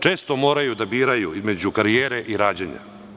Često moraju da biraju između karijere i rađanja.